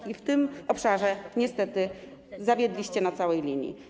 I w tym obszarze, niestety, zawiedliście na całej linii.